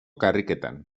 karriketan